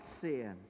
sin